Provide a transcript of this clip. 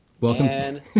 Welcome